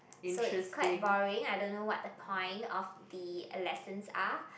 so it's quite boring I don't know what the point of the lessons are